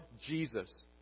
Jesus